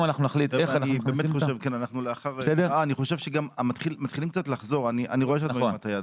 אני חושב שמתחילים קצת לחזור על דברים.